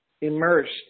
immersed